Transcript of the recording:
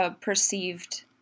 perceived